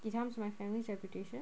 it harms my family's reputation